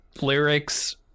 lyrics